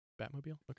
Batmobile